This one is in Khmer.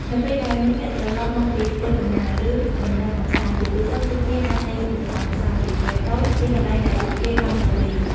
នៅពេលដែលមិត្តភក្តិត្រឡប់មកពីធ្វើដំណើរ ឬដំណើរកម្សាន្ត ជាទូទៅពួកគេអាចទិញវត្ថុអនុស្សាវរីយ៍តូចៗ ពីកន្លែងដែលពួកគេបានទៅលេង។